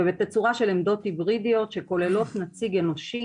ובתצורה של עמדות היברידיות שכוללות נציג אנושי.